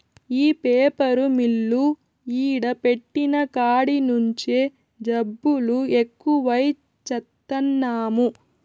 ఈ paper mill ఈడ పెట్టిన కాడి నుంచే జబ్బులు ఎక్కువై చత్తన్నాము